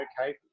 okay